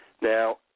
Now